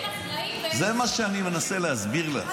אין אחראים ואין, זה מה שאני מנסה להסביר לך.